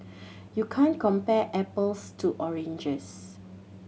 you can't compare apples to oranges